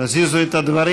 תזיזו את הדברים.